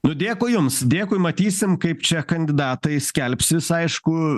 nu dėkui jums dėkui matysim kaip čia kandidatai skelbsis aišku